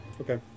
Okay